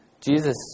Jesus